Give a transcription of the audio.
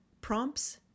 prompts